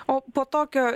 o po tokio